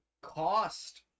cost